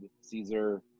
Caesar